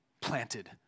planted